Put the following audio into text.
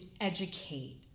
educate